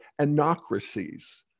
anocracies